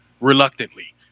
reluctantly